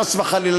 חס וחלילה,